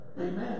amen